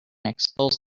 expose